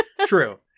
True